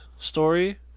story